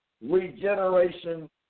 regeneration